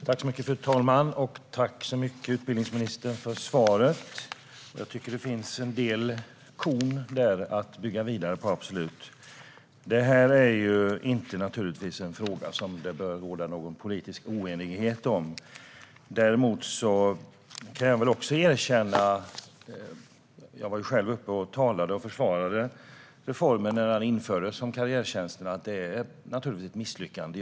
Fru talman! Tack så mycket, utbildningsministern, för svaret! Jag tycker absolut att det finns en hel del att bygga vidare på där. Det här är naturligtvis inte en fråga som det bör råda någon politisk oenighet om. Jag försvarade själv reformen om karriärtjänster när den infördes, och jag kan erkänna att den är ett misslyckande.